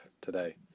today